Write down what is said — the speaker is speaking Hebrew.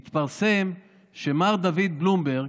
התפרסם שמר דוד בלומברג,